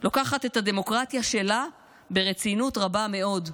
לוקחת את הדמוקרטיה שלה ברצינות רבה מאוד.